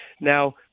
Now